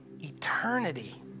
eternity